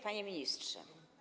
Panie Ministrze!